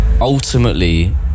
ultimately